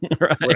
Right